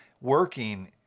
working